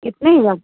इतनी ही बस